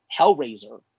Hellraiser